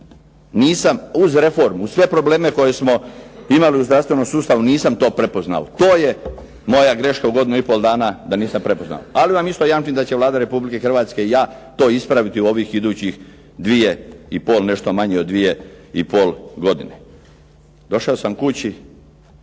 Nisam uz reformu sve probleme koje smo imali u zdravstvenom sustavu nisam to prepoznao. To je moja greška u godinu i pol dana da nisam prepoznao. Ali vam isto jamčim da će Vlada Republike Hrvatske i ja to ispraviti u ovih idućih 2 i pol, nešto manje od 2 i pol godine. Došao sam kući,